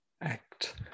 act